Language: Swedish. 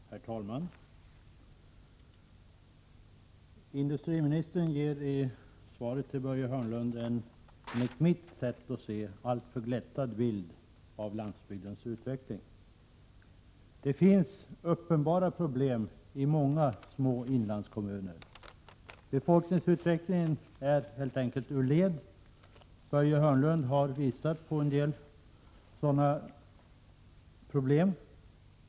Herr talman! Industriministern ger i interpellationssvaret till Börje Hörnlund enligt mitt sätt att se en alltför glättad bild av landsbygdens utveckling. Det finns uppenbara problem i många små inlandskommuner. Befolkningsutvecklingen är ur led. Börje Hörnlund har visat på en del sådana problem.